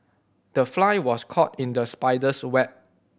the fly was caught in the spider's web